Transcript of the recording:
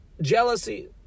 Jealousy